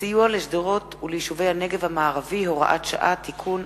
סיוע לשדרות וליישובי הנגב המערבי (הוראת שעה) (תיקון),